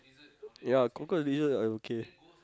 ya cockroach lizard I okay